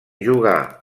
jugà